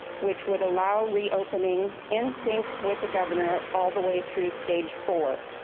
which would allow reopening in sync with the governor all the way through stage four.